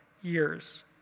years